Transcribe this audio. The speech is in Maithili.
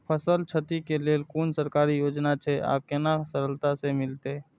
फसल छति के लेल कुन सरकारी योजना छै आर केना सरलता से मिलते?